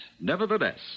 nevertheless